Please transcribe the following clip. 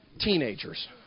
Teenagers